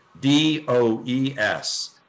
D-O-E-S